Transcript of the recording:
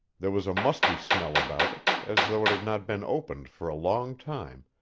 there was a musty smell about it, as though it had not been opened for a long time,